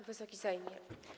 Wysoki Sejmie!